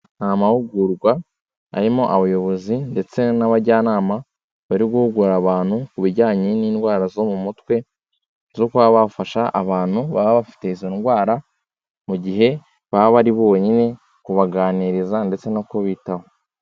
Ni mahugurwa arimo abayobozi ndetse n'abajyanama bari guhugura abantu ku bijyanye n'indwara zo mu mutwe, zo kuba bafasha abantu baba bafite izo ndwara, mu gihe baba bari bonyine kubaganiriza ndetse no kubitaho.